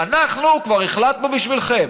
אנחנו כבר החלטנו בשבילכם.